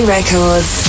Records